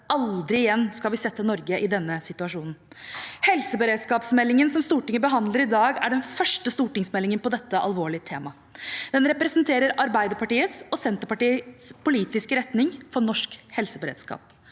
Aldri igjen skal vi sette Norge i denne situasjonen. Helseberedskapsmeldingen Stortinget behandler i dag, er den første stortingsmeldingen om dette alvorlige temaet. Den representerer Arbeiderpartiet og Senterpartiets politiske retning for norsk helseberedskap